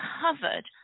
covered